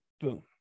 boom